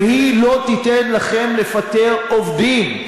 והיא לא תיתן לכם לפטר עובדים.